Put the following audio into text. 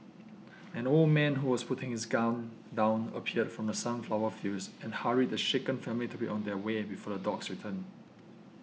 an old man who was putting his gun down appeared from the sunflower fields and hurried the shaken family to be on their way before the dogs return